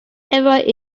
everywhere